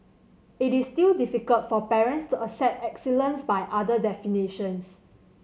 it is still difficult for parents to accept excellence by other definitions